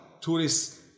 tourists